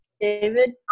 David